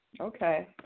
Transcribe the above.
Okay